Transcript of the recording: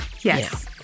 yes